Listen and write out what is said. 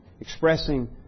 Expressing